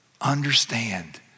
Understand